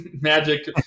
magic